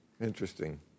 Interesting